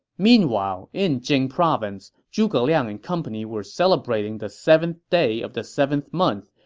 meanwhile in jing province, zhuge liang and company were celebrating the seventh day of the seventh month,